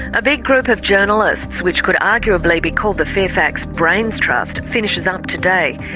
a big group of journalists, which could arguably be called the fairfax brains trust, finishes up today.